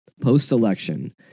post-election